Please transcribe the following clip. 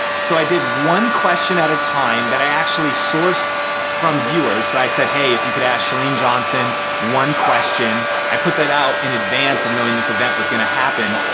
so i did one question at a time that i actually sourced from viewers. i said, hey if you could ask chalene johnson one question, question, i put that out in advance of knowing this event was gonna happen.